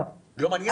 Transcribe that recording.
זה לא מעניין אתכם?